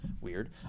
weird